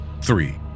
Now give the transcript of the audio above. three